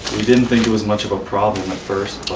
we didn't think it was much of a problem at first